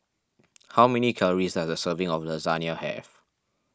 how many calories does a serving of Lasagne have